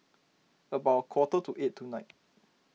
about a quarter to eight tonight